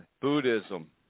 Buddhism